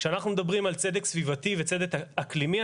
כשאנחנו מדברים על צדק סביבתי וצדק אקלימי,